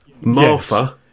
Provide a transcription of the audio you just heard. Martha